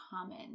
common